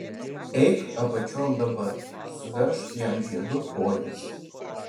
eik apačion dabar suveržk jam žiedu kojas